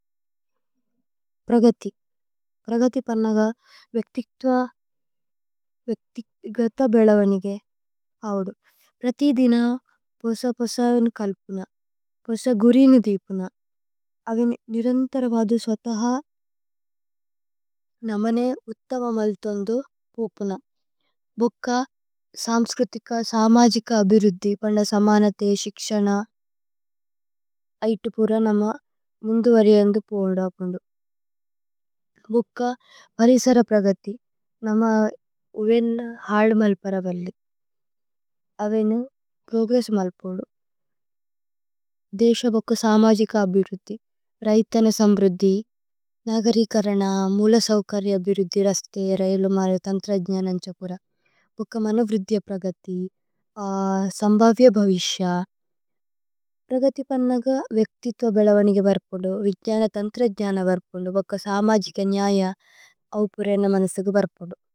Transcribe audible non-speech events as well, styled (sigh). പ്രഗതി പ്രഗതി പന്നഗ വേത്തിക്ഥ്വ വേത്തിഗഥ। ബേലവനിഗേ അവദു പ്രതി ദിന പോസ പോസ ഉന് കല്പുന। പോസ ഗുരിനു ദീപുന അവിന് നിരന്തരഗദു സ്വതഹ। നമനേ ഉത്തമ മലുഥുഅന്ദു പോപുന ഭുക്ക സമ്സ്ക്രുതിക। സമജിക അബിരുദ്ധി പന്ദസമനതേ ശിക്ശന। ഐത്തുപുര നമ മുന്ദു വരിഅന്ദു പോദു അപുന്ദു ഭുക്ക। പരിസര പ്രഗതി നമ ഉവേന്നു ഹലുമല്പരവല്ലു। അവിനു പ്രോഗ്രേസുമല് പോദു ദേശ ബുക്ക സമജിക। അബിരുദ്ധി രൈഥന (noise) സമ്രുദ്ധി നഗരികരന। മുല സൌകര്യ അബിരുദ്ധി രസ്തേ രൈലു മര തന്ത്ര। ജ്നനന്ഛപുര ഭുക്ക മന വ്രിദ്ധ്യ പ്രഗതി സമ്ബവ്യ। ഭവിശ്യ പ്രഗതി പന്നഗ വേക്തിഥ്വ ബേലവനിഗേ। ബര്കുദു വ്രിദ്ധ്യാന തന്ത്ര ജ്നന ബര്കുദു ബുക്ക। സമജിക ന്യയ അവുപുരേന മനസിഗേ ബര്കുദു।